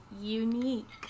unique